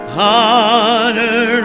honor